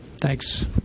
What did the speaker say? Thanks